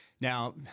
Now